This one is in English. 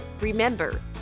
Remember